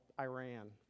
Iran